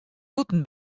bûten